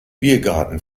biergarten